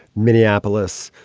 minneapolis,